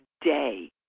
day